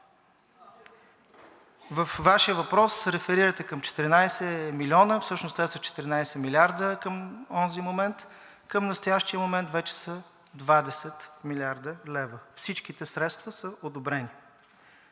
Във Вашия въпрос реферирате към 14 милиона, всъщност те са 14 милиарда към онзи момент. Към настоящия момент вече са 20 млрд. лв. Всичките средства са одобрени.